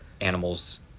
animals